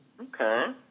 Okay